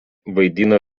vaidina